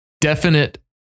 definite